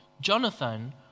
Jonathan